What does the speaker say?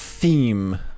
Theme